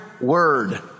word